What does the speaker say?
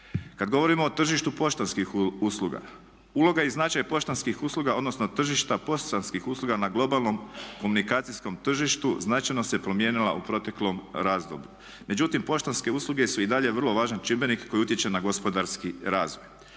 Kada govorimo o tržištu poštanskih usluga, uloga i značaj poštanskih usluga, odnosno tržišta poštanskih usluga na globalnom komunikacijskom tržištu značajno se promijenila u proteklom razdoblju. Međutim, poštanske usluge su i dalje vrlo važan čimbenik koji utječe na gospodarski razvoj.